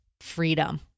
freedom